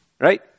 Right